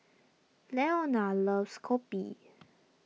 Leona loves Kopi